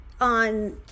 on